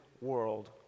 world